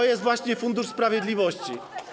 To jest właśnie Fundusz Sprawiedliwości.